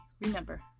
Remember